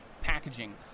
packaging